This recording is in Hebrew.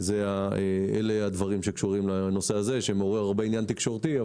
אלה הדברים שקשורים לנושא הזה שמעורר הרבה עניין תקשורתי,